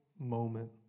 moment